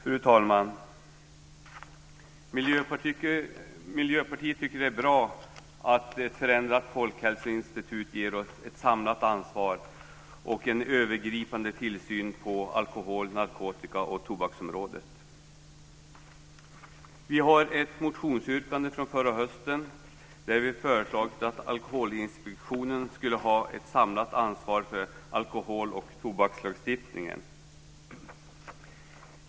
Fru talman! Miljöpartiet tycker att det är bra att ett förändrat folkhälsoinstitut ger oss ett samlat ansvar och en övergripande tillsyn på alkohol-, narkotikaoch tobaksområdet. Vi har i ett motionsyrkande från förra hösten föreslagit att Alkoholinspektionen ska ha ett samlat ansvar för alkohol och tobakslagstiftningen.